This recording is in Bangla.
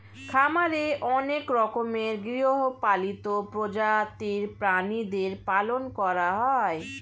খামারে অনেক রকমের গৃহপালিত প্রজাতির প্রাণীদের পালন করা হয়